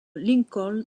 lincoln